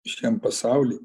šiam pasauly